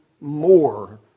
more